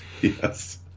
Yes